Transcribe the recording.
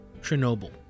Chernobyl